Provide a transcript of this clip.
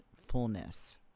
fullness